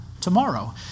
tomorrow